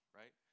right